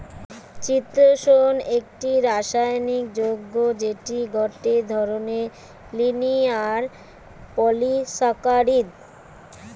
চিতোষণ একটি রাসায়নিক যৌগ্য যেটি গটে ধরণের লিনিয়ার পলিসাকারীদ